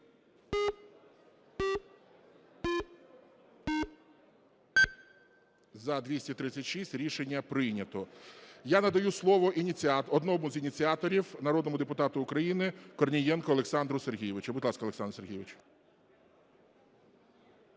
За-236 Рішення прийнято. Я надаю слово одному з ініціаторів народному депутату України Корнієнку Олександру Сергійовичу. Будь ласка, Олександр Сергійович.